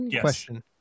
question